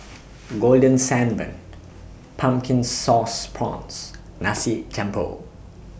Golden Sand Bun Pumpkin Sauce Prawns Nasi Campur